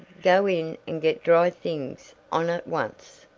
go in and get dry things on at once.